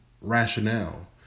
rationale